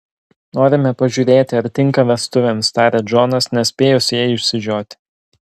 norime pažiūrėti ar tinka vestuvėms taria džonas nespėjus jai išsižioti